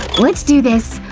let's do this!